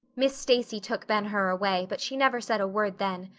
miss stacy took ben hur away, but she never said a word then.